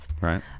right